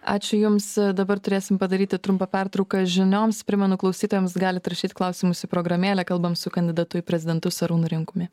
ačiū jums dabar turėsim padaryti trumpą pertrauką žinioms primenu klausytojams galit rašyti klausimus į programėlę kalbam su kandidatu į prezidentus arūnu rimkumi